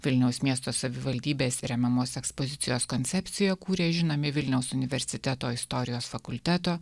vilniaus miesto savivaldybės remiamos ekspozicijos koncepciją kūrė žinomi vilniaus universiteto istorijos fakulteto